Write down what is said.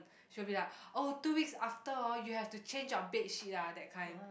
she'll be like oh two weeks after orh you have to change your bed sheet ah that kind